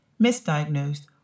misdiagnosed